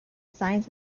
signs